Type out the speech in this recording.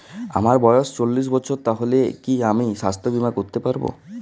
আমার বয়স চল্লিশ বছর তাহলে কি আমি সাস্থ্য বীমা করতে পারবো?